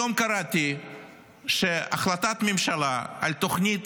היום קראתי שהחלטת הממשלה על תוכנית